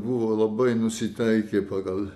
buvo labai nusiteikę pagal